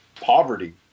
poverty